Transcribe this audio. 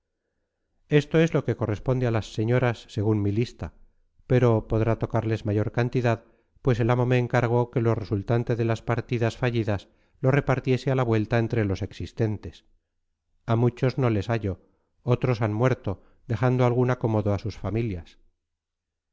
esto es lo que corresponde a las señoras según mi lista pero podrá tocarles mayor cantidad pues el amo me encargó que lo resultante de las partidas fallidas lo repartiese a la vuelta entre los existentes a muchos no les hallo otros han muerto dejando algún acomodo a sus familias